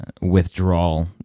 withdrawal